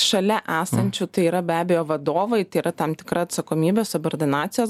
šalia esančių tai yra be abejo vadovai tai yra tam tikra atsakomybė subordinacijos